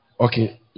Okay